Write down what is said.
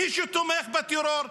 מי שתומך בטרור,